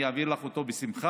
אני אעביר לך אותו בשמחה.